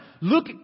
look